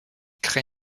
crée